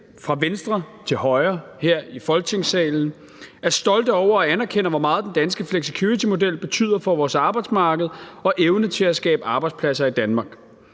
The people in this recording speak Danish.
fra venstre til højre her i Folketingssalen er stolte over og anerkender, hvor meget den danske flexicuritymodel betyder for vores arbejdsmarked og evne til at skabe arbejdspladser i Danmark.